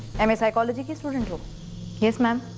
i mean psychology? sort of yes, ma'am.